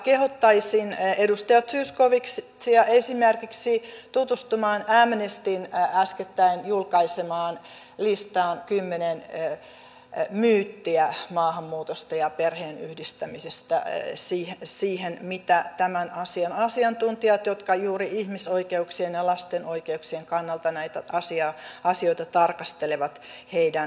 kehottaisin edustaja zyskowiczia esimerkiksi tutustumaan amnestyn äskettäin julkaisemaan listaan kymmeneen myyttiin maahanmuutosta ja perheenyhdistämisestä niiden tämän asian asiantuntijoiden näkemyksiin jotka juuri ihmisoikeuksien ja lasten oikeuksien kannalta näitä asioita tarkastelevat